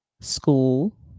School